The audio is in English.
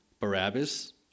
Barabbas